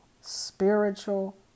spiritual